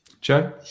Joe